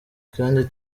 kandi